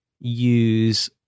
use